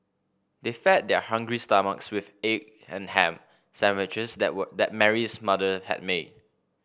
they fed their hungry stomachs with egg and ham sandwiches that were that Mary's mother had made